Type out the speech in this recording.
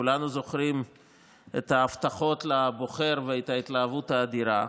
כולנו זוכרים את ההבטחות לבוחר ואת ההתלהבות האדירה,